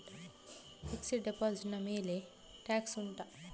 fixed deposit ನ ಮೇಲೆ tax ಉಂಟಾ